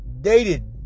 dated